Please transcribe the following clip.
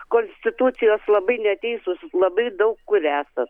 konstitucijos labai neteisus labai daug kur esat